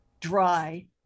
dry